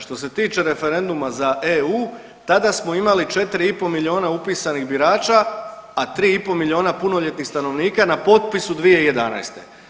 Što se tiče referenduma za EU tada smo imali 4,5 miliona upisanih birača, a 3,5 miliona punoljetnih stanovnika na potpisu 2011.